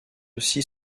aussi